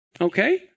okay